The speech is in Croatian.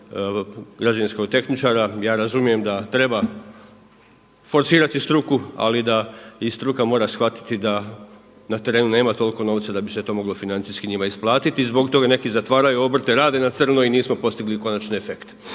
ili građevinskog tehničara. Ja razumijem da treba forsirati struku, ali da i struka mora shvatiti da na terenu nema toliko novca da bi se to moglo financijski njima isplatiti. I zbog toga neki zatvaraju obrte, rade na crno i nismo postigli konačne efekte.